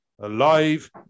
alive